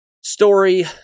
story